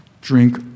Drink